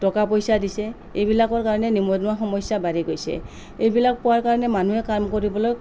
টকা পইচা দিছে এইবিলাকৰ কাৰণে নিবনুৱা সমস্যা বাঢ়ি গৈছে এইবিলাক পোৱাৰ কাৰণে মানুহে কাম কৰিবলৈ